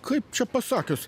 kaip čia pasakius